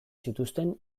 zituzten